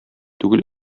түгел